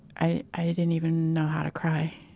i, i didn't even know how to cry.